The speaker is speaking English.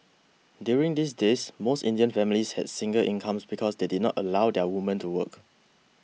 during these days most Indian families had single incomes because they did not allow their women to work